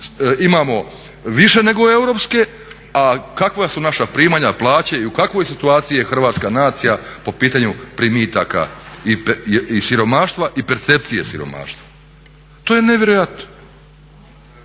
imamo više nego europske, a kakva su naša primanja, plaće i u kakvoj situaciji je hrvatska nacija po pitanju primitaka i siromaštva i percepcije siromaštva. To je nevjerojatno!